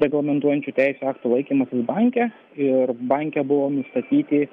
reglamentuojančių teisių aktų laikymąsi banke ir banke buvo nustatyti